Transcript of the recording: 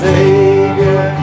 Savior